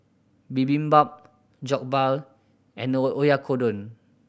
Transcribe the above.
Bibimbap Jokbal and Oyakodon